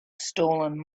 stolen